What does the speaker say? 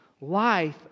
Life